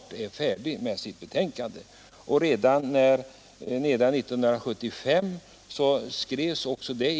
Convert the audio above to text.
Trafikutskottet framhöll f. ö. redan vis skulle avvecklas.